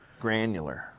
Granular